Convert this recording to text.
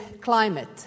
climate